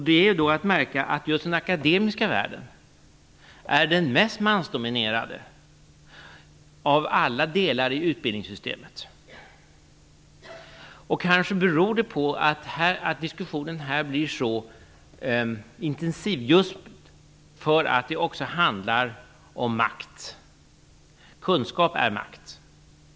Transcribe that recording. Det är att märka, att just den akademiska världen är den mest mansdominerade av alla utbildningssystemets delar. Att diskussionen om just detta blir så intensiv beror kanske på att det också handlar om makt. Kunskap är makt.